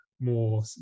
more